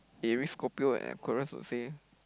Aries Scorpio and Aquarius would say